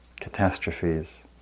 catastrophes